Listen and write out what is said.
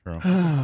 true